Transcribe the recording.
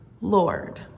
Lord